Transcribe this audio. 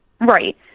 right